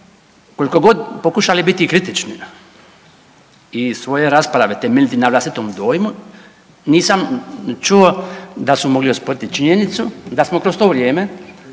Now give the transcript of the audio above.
koliko god pokušali biti kritični i svoje rasprave temeljiti na vlastitom dojmu nisam čuo da su mogli osporiti činjenicu da smo kroz to vrijeme